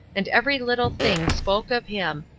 and every little thing spoke of him,